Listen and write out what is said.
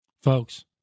Folks